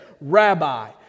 Rabbi